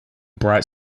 bright